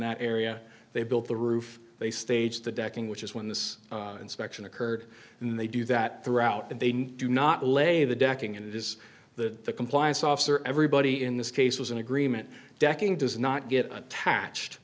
that area they built the roof they staged the decking which is when this inspection occurred and they do that throughout that they do not lay the decking it is the compliance officer everybody in this case was in agreement decking does not get attached